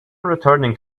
returning